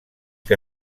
que